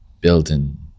building